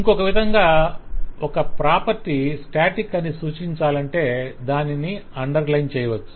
ఇంకొక విధంగా ఒక ప్రాపర్టీ స్టాటిక్ అని సూచించాలంటే దానిని అండర్లైన్ చేయవచ్చు